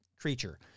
Creature